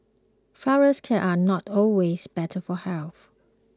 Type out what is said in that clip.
Flourless Cakes are not always better for health